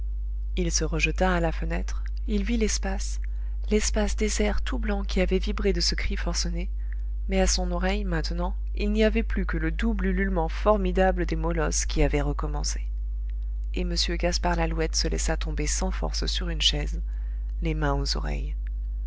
il se rejeta à la fenêtre il vit l'espace l'espace désert tout blanc qui avait vibré de ce cri forcené mais à son oreille maintenant il n'y avait plus que le double ululement formidable des molosses qui avait recommencé et m gaspard lalouette se laissa tomber sans forces sur une chaise les mains aux oreilles